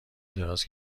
دراز